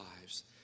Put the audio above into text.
lives